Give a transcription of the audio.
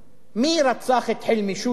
מי רצח את חילמי שושא?